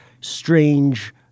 strange